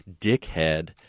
dickhead